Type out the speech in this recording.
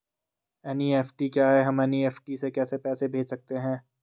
NEFT क्या है हम एन.ई.एफ.टी से कैसे पैसे भेज सकते हैं?